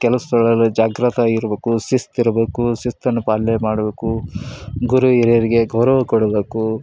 ಕೆಲಸಗಳಲ್ಲಿ ಜಾಗ್ರತೆ ಆಗಿರ್ಬೇಕು ಶಿಸ್ತು ಇರಬೇಕು ಶಿಸ್ತನ್ನು ಪಾಲನೆ ಮಾಡಬೇಕು ಗುರು ಹಿರಿಯರ್ಗೆ ಗೌರವ ಕೊಡಬೇಕು